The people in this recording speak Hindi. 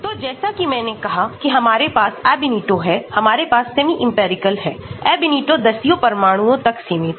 तो जैसा कि मैंने कहा कि हमारे पास Ab initio है हमारे पास सेमीइंपिरिकल है Ab initio दसियों परमाणुओं तक सीमित है